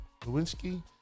Lewinsky